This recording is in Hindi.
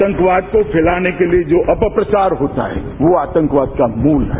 आतंकवाद को फैलाने के लिए जो अप प्रचार होता है वो आतंकवाद का मूल है